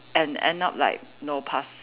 and end up like know pass~